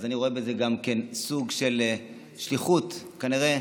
אני רואה בזה גם סוג של שליחות, כנראה.